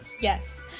Yes